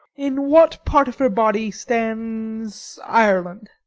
in what part of her body stands ireland?